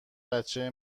بچه